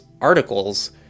articles